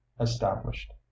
established